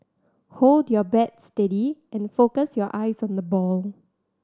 hold your bat steady and focus your eyes on the ball